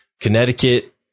Connecticut